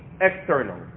external